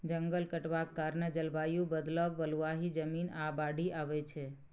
जंगल कटबाक कारणेँ जलबायु बदलब, बलुआही जमीन, आ बाढ़ि आबय छै